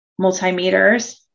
multimeters